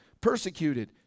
Persecuted